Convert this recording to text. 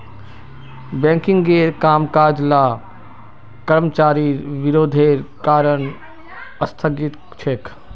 बैंकिंगेर कामकाज ला कर्मचारिर विरोधेर कारण स्थगित छेक